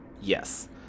Yes